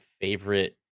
favorite